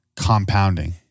compounding